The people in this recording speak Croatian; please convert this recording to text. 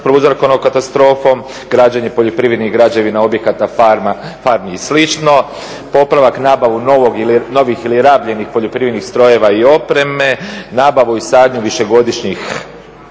prouzrokovanog katastrofom, građenje poljoprivrednih građevina, objekata, farmi i slično, popravak, nabavu novih ili rabljenih poljoprivrednih strojeva ili opreme, nabavu i sadnju višegodišnjih